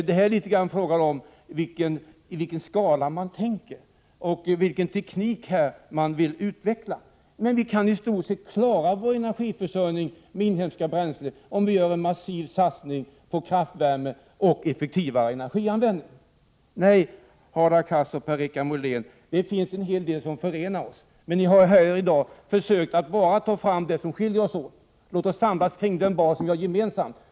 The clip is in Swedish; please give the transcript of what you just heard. Här är det lite grand fråga om i vilken skala man tänker och vilken teknik man vill utveckla. Men vi har visat att man i stort sett kan klara energiförsörjningen med inhemska bränslen, om det görs en massiv satsning på kraftvärme och effektivare energianvändning. Nej, Hadar Cars och Per-Richard Molén, det finns en hel del som förenar oss, men ni har här i dag försökt att bara få fram det som skiljer oss åt. Låt oss samlas kring den bas som vi har gemensam.